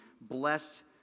blessed